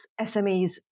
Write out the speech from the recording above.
SMEs